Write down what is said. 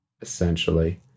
essentially